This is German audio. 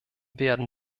werden